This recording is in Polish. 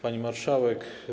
Pani Marszałek!